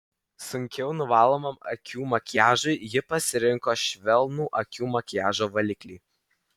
sunkiau nuvalomam akių makiažui ji pasirinko švelnų akių makiažo valiklį